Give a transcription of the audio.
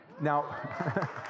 now